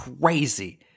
crazy